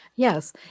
Yes